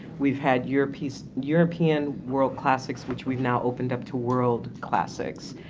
we've had europeace-european world classics, which we've now opened up to world classics,